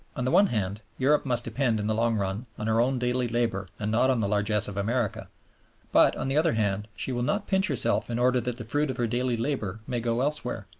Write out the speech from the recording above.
on the one hand, europe must depend in the long run on her own daily labor and not on the largesse of america but, on the other hand, she will not pinch herself in order that the fruit of her daily labor may go elsewhere.